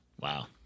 Wow